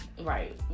right